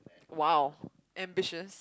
!wow! ambitious